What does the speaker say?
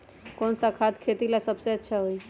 कौन सा खाद खेती ला सबसे अच्छा होई?